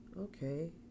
Okay